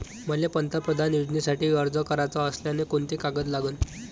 मले पंतप्रधान योजनेसाठी अर्ज कराचा असल्याने कोंते कागद लागन?